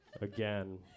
Again